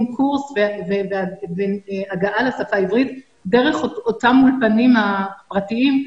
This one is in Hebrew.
קורס והגעה לשפה העברית דרך אותם אולפנים פרטיים,